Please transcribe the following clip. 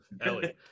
Ellie